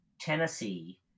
Tennessee